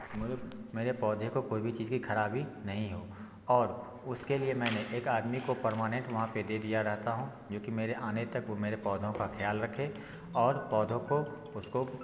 मेरे मेरे पौधे को कोई भी चीज़ की ख़राबी नहीं हो और उसके लिए मैंने एक आदमी को पर्मानेंट वहाँ पर दे दिया रहता हूँ जो कि मेरे आने तक वो मेरे पौधों का ख़याल रखे और पौधों को उसको